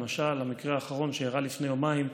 למשל, המקרה האחרון, שאירע לפני יומיים,